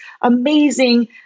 amazing